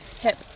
Hip